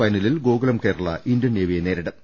ഫൈനലിൽ ഗോകുലം കേരള ഇന്ത്യൻ നേവിയെ നേരിടും